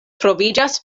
troviĝas